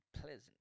pleasant